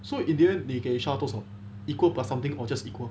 so it didn't 你给 shah 多少 equal plus something or just equal